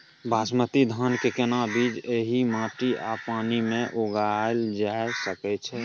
बासमती धान के केना बीज एहि माटी आ पानी मे उगायल जा सकै छै?